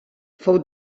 fou